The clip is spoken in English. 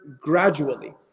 gradually